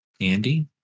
Andy